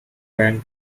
when